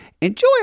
enjoy